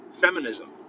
feminism